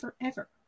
Forever